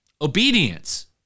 obedience